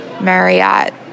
Marriott